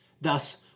Thus